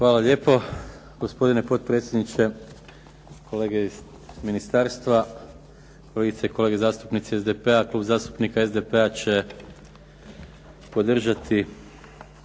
Hvala lijepo gospodine potpredsjedniče, kolege iz ministarstva. Kolegice i kolege zastupnici SDP-a, Klub zastupnika SDP-a će podržati